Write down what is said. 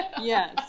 Yes